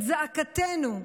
את זעקתנו,